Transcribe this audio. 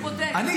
הוא בודק.